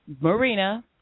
marina